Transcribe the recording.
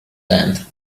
hand